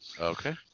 Okay